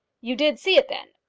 you did see it, then?